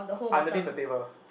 underneath the table